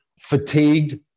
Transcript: fatigued